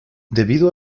debido